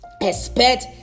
Expect